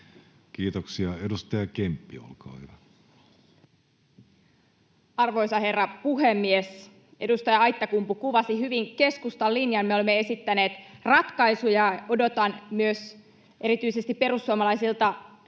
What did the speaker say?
Kiitoksia. — Edustaja Kemppi, olkaa hyvä. Arvoisa herra puhemies! Edustaja Aittakumpu kuvasi hyvin keskustan linjan: me olemme esittäneet ratkaisuja. Odotan myös erityisesti perussuomalaisilta